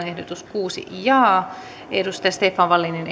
ehdotus kymmenen ja stefan wallinin